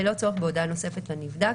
ללא צורך בהודעה נוספת לנבדק,